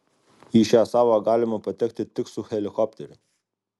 į šią salą galima patekti tik su helikopteriu